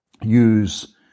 use